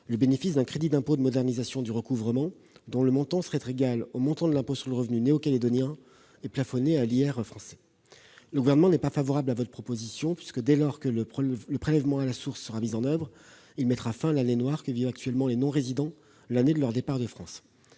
le bénéfice d'un crédit d'impôt de modernisation du recouvrement dont le montant serait égal au montant de l'impôt sur le revenu néo-calédonien et plafonné à hauteur de l'impôt sur le revenu acquitté en métropole. Le Gouvernement n'est pas favorable à cette proposition. En effet, dès lors que le prélèvement à la source sera mis en oeuvre, cela mettra fin à l'année noire que vivent actuellement les non-résidents l'année de leur départ de France.